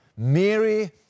Mary